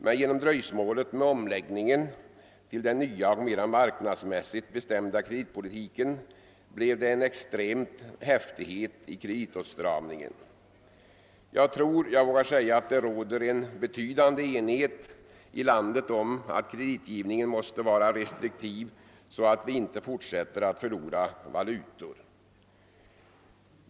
Men genom dröjsmålet med omläggningen till den nya och mera marknadsmässigt bestämda kreditpolitiken blev det en extrem häftighet i kreditåtstramningen. Jag tror jag vågar säga att det råder en betydande enighet i landet om att kreditgivningen måste vara restriktiv så att vi inte fortsätter att förlora valutor.